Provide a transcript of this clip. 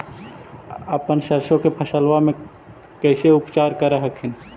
अपन सरसो के फसल्बा मे कैसे उपचार कर हखिन?